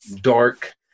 dark